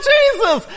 Jesus